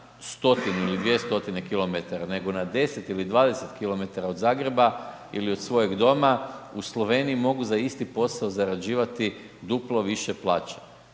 stotinu ili dvije stotine kilometara, nego na 10 ili 20 kilometara od Zagreba ili od svojeg doma, u Sloveniji mogu za isti posao zarađivati duplo više plaće.